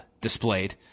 displayed